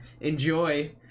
enjoy